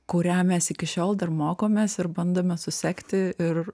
kurią mes iki šiol dar mokomės ir bandome susekti ir